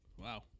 Wow